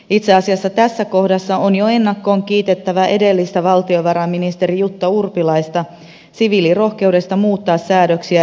itse asiassa tässä kohdassa on jo ennakkoon kiitettävä edellistä valtiovarainministeriä jutta urpilaista siviilirohkeudesta muuttaa säädöksiä ilmoitusvelvollisuudesta